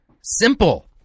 Simple